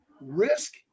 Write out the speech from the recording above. risk